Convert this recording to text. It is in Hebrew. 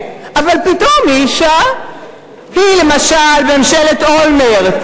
ואני מודה לאדוני היושב-ראש,